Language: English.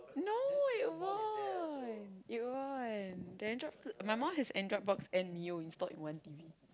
no it won't it won't the android b~ my mom has android box and mio installed in one tv